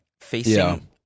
facing